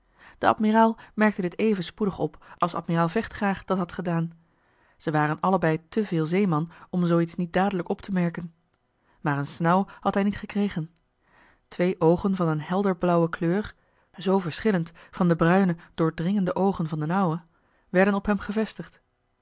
de admiraal merkte dit even spoedig op als admiraal vechtgraag dat had gedaan ze waren allebei te veel zeeman om zoo iets niet dadelijk op te merken maar een snauw had hij niet gekregen twee oogen van een helder blauwe kleur zoo verschillend van de bruine doordringende oogen van d'n ouwe werden op hem gevestigd